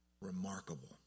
remarkable